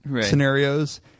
scenarios